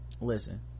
listen